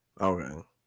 Okay